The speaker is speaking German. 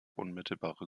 unmittelbare